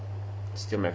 still my favourite food lah